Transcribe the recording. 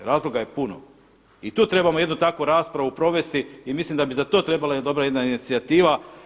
Razloga je puno i tu trebamo jednu takvu raspravu provesti i mislim da bi za to trebala jedna dobra inicijativa.